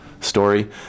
story